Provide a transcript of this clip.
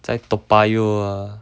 在 toa payoh ah